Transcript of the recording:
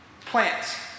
plants